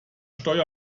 steuer